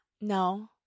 No